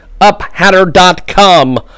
uphatter.com